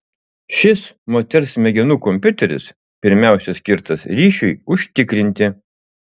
šis moters smegenų kompiuteris pirmiausia skirtas ryšiui užtikrinti